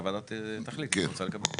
והוועדה תחליט אם היא רוצה לקבל את זה.